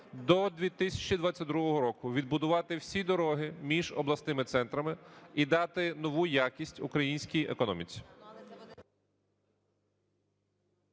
до 2022 року відбудувати всі дороги між обласними центрами і дати нову якість українській економіці.